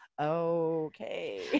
okay